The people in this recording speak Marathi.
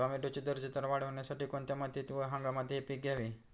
टोमॅटोची दर्जेदार वाढ होण्यासाठी कोणत्या मातीत व हंगामात हे पीक घ्यावे?